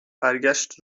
برگشت